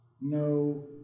no